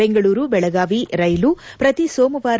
Bengaluru Belagavi rail ಪ್ರತಿ ಸೋಮವಾರ